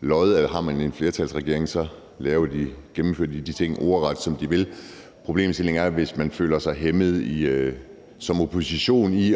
lod, at har man en flertalsregering, så gennemfører de ordret de ting, de vil. Problemstillingen er, hvis man som opposition føler sig hæmmet i